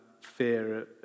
fear